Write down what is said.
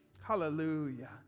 Hallelujah